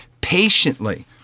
patiently